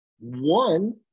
one